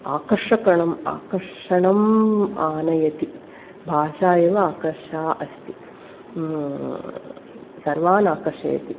आकर्षकणं आकर्षणम् आनयति भाषा एव आकर्षा अस्ति सर्वान् आकर्षयति